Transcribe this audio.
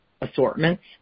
assortments